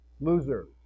Loser